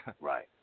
right